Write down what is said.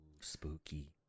Spooky